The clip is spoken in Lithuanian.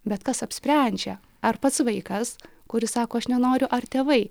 bet kas apsprendžia ar pats vaikas kuris sako aš nenoriu ar tėvai